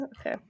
okay